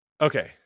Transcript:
Okay